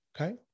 okay